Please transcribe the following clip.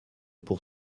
pour